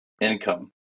income